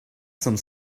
some